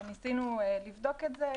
ניסינו לבדוק את זה.